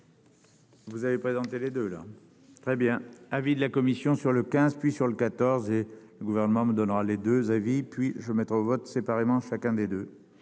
Vous avez présenté les 2 très bien avis de la commission sur le XV puis sur le 14 et le gouvernement donnera les 2 avis puis je mettre au vote séparément chacun des 2.